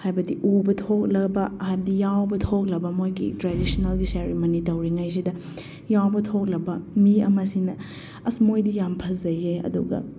ꯍꯥꯏꯕꯗꯤ ꯎꯕ ꯊꯣꯛꯂꯕꯗꯤ ꯍꯥꯏꯕꯗꯤ ꯌꯥꯎꯕ ꯊꯣꯛꯂꯕ ꯃꯣꯏꯒꯤ ꯇ꯭ꯔꯦꯗꯤꯁꯟꯅꯦꯜꯒꯤꯁꯦ ꯁꯦꯔꯤꯃꯣꯅꯤ ꯇꯧꯔꯤꯉꯩꯁꯤꯗ ꯌꯥꯎꯕ ꯊꯣꯛꯂꯕ ꯃꯤ ꯑꯃꯁꯤꯅ ꯑꯁ ꯃꯣꯏꯗꯤ ꯌꯥꯝ ꯐꯖꯩꯏꯑꯦ ꯑꯗꯨꯒ